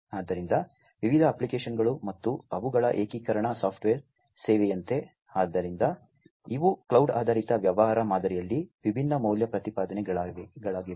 ಆದ್ದರಿಂದ ವಿವಿಧ ಅಪ್ಲಿಕೇಶನ್ಗಳು ಮತ್ತು ಅವುಗಳ ಏಕೀಕರಣ ಸಾಫ್ಟ್ವೇರ್ ಸೇವೆಯಂತೆ ಆದ್ದರಿಂದ ಇವು ಕ್ಲೌಡ್ ಆಧಾರಿತ ವ್ಯವಹಾರ ಮಾದರಿಯಲ್ಲಿ ವಿಭಿನ್ನ ಮೌಲ್ಯದ ಪ್ರತಿಪಾದನೆಗಳಾಗಿವೆ